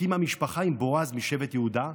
שהקימה משפחה עם בועז משבט יהודה,